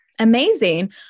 amazing